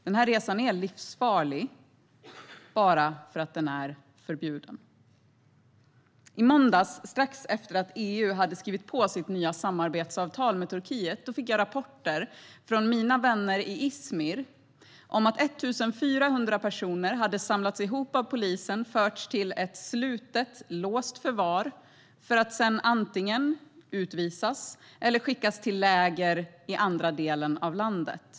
Den resan är livsfarlig bara för att den är förbjuden. I måndags, strax efter att EU hade skrivit på sitt nya samarbetsavtal med Turkiet, fick jag rapporter från mina vänner i Izmir om att 1 400 personer hade samlats ihop av polisen och förts till ett slutet låst förvar för att sedan antingen utvisas eller skickas till läger i andra delen av landet.